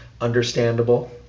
understandable